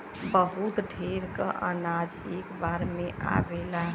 बहुत ढेर क अनाज एक बार में आवेला